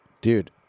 Dude